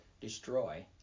destroy